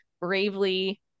bravely